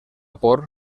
por